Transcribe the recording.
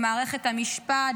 הפיכה במערכת המשפט,